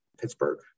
Pittsburgh